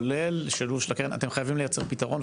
אתם חייבים לייצר פתרון,